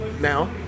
now